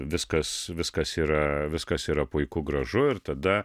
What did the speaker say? viskas viskas yra viskas yra puiku gražu ir tada